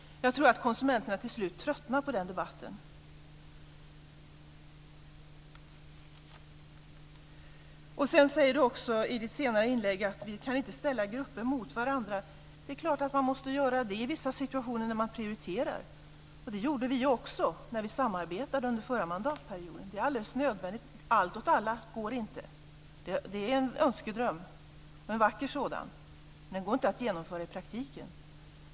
Jag tror att konsumenterna till slut tröttnar på den debatten. Eskil Erlandsson säger också i sitt senare inlägg att vi inte kan ställa grupper mot varandra. Det är klart att man måste göra det i vissa situationer när man prioriterar! Det gjorde vi också när vi samarbetade under den förra mandatperioden. Det är alldeles nödvändigt. Allt åt alla går inte. Det är en önskedröm - en vacker sådan, men den går inte att genomföra i praktiken.